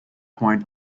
point